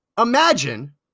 imagine